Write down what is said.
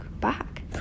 back